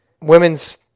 Women's